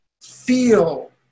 feel